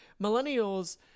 Millennials